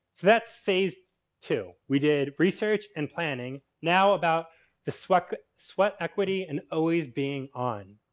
that's phase two. we did research and planning, now about the sweat sweat equity and always being on.